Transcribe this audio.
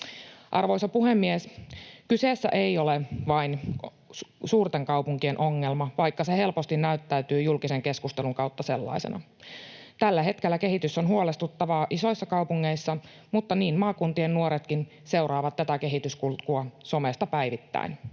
Arvoisa puhemies! Kyseessä ei ole vain suurten kaupunkien ongelma, vaikka se helposti näyttäytyy julkisen keskustelun kautta sellaisena. Tällä hetkellä kehitys on huolestuttavaa isoissa kaupungeissa, mutta niin maakuntien nuoretkin seuraavat tätä kehityskulkua somesta päivittäin.